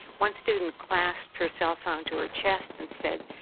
one student clasped her cell phone to her chest and said,